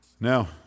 Now